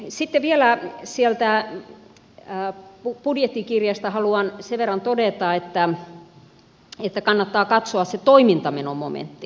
sitten vielä sieltä budjettikirjasta haluan sen verran todeta että kannattaa katsoa se toimintamenomomentti